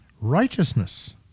righteousness